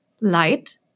light